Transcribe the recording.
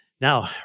Now